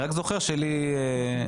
אני רק זוכר שאת שלי הפילו.